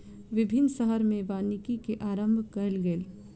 विभिन्न शहर में वानिकी के आरम्भ कयल गेल